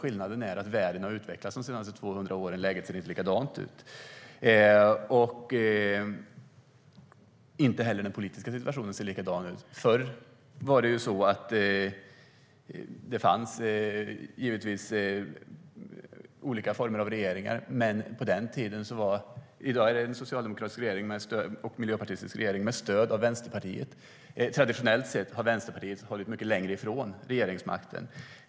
Skillnaden är att världen har utvecklats de senaste 200 åren. Läget ser inte likadant ut. Inte heller den politiska situationen ser likadan ut. Förr fanns det givetvis olika former av regeringar, men i dag är det en socialdemokratisk och miljöpartistisk regering med stöd av Vänsterpartiet. Traditionellt sett har Vänsterpartiet hållits mycket längre ifrån regeringsmakten.